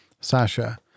Sasha